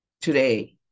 Today